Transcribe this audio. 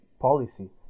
policy